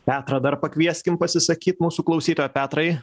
petrą dar pakvieskim pasisakyt mūsų klausytoją petrai